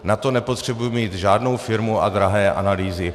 Na to nepotřebuji mít žádnou firmu a drahé analýzy.